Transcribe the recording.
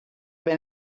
been